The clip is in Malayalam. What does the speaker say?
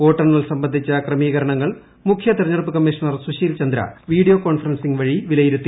വോട്ടെണ്ണൽ സംബന്ധിച്ച ക്രമീകരണങ്ങൾ മുഖ്യ തിരഞ്ഞെടുപ്പ് commissioner Sushil Chandra video conferencing വഴി വിലയിരുത്തി